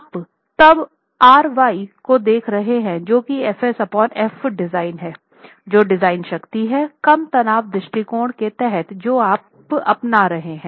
आप तब R y को देख रहे हैं जो कि F s Fdesign है जो डिजाइन शक्ति है काम तनाव दृष्टिकोण के तहत जो आप अपना रहे हैं